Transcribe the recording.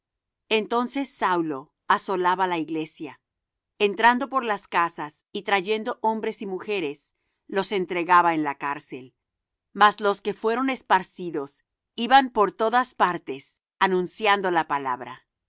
entonces saulo asolaba la iglesia entrando por las casas y trayendo hombres y mujeres los entregaba en la cárcel mas los que fueron esparcidos iban por todas partes anunciando la palabra